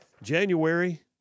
January